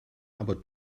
aber